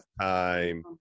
time